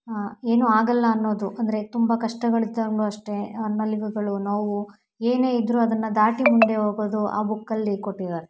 ಏನೂ ಆಗಲ್ಲ ಅನ್ನೋದು ಅಂದರೆ ತುಂಬ ಕಷ್ಟಗಳಿದ್ದಾಗಲೂ ಅಷ್ಟೇ ನಲಿವುಗಳು ನೋವು ಏನೇ ಇದ್ರೂ ಅದನ್ನು ದಾಟಿ ಮುಂದೆ ಹೋಗೋದು ಆ ಬುಕ್ಕಲ್ಲಿ ಕೊಟ್ಟಿದಾರೆ